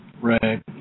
Right